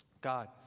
God